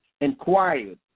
inquired